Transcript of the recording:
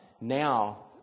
now